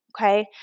okay